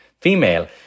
female